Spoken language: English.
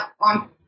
on